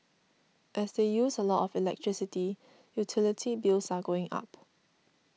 as they use a lot of electricity utility bills are going up